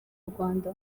rwanda